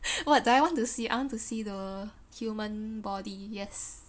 what do I want to see I want to see the human body yes